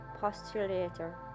postulator